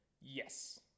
Yes